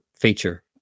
feature